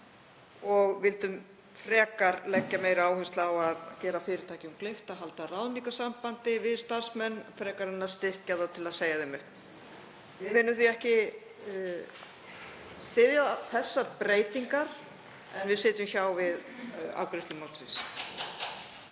og vildum leggja meiri áherslu á að gera fyrirtækjum kleift að halda ráðningarsambandi við starfsmenn frekar en að styrkja þau til að segja þeim upp. Við munum því ekki styðja þessar breytingar en við sitjum hjá við afgreiðslu málsins.